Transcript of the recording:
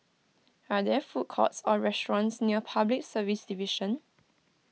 are there food courts or restaurants near Public Service Division